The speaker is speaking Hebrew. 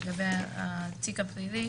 לגבי התיק הפליל,